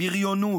בריונות,